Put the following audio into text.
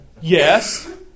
Yes